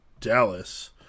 Dallas